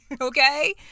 okay